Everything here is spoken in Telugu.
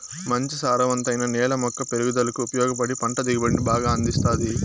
మంచి సారవంతమైన నేల మొక్క పెరుగుదలకు ఉపయోగపడి పంట దిగుబడిని బాగా అందిస్తాది